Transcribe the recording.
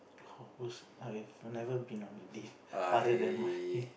I have never been on a date other than my